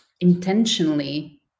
intentionally